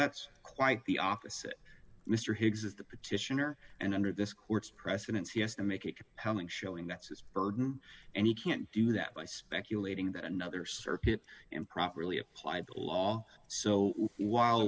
that's quite the opposite mr higgs is the petitioner and under this court's precedents he has to make a compelling showing that's his burden and he can't do that by speculating that another circuit improperly applied the law so whil